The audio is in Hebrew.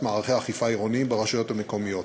מערכי אכיפה עירוניים ברשויות המקומיות.